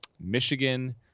michigan